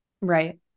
Right